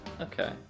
Okay